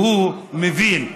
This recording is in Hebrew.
והוא מבין.